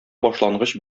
башлангыч